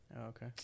okay